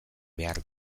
behar